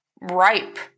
ripe